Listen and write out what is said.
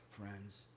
friends